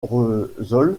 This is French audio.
épouse